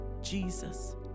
Jesus